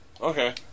Okay